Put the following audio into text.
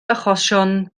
achosion